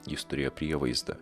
jis turėjo prievaizdą